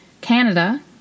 Canada